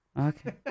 Okay